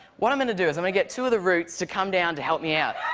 what i'm going to do is, i'm gonna get two of the roots to come down to help me out.